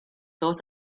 thought